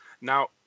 now